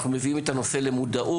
אנחנו מביאים את הנושא למודעות.